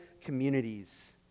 communities